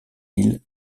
île